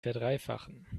verdreifachen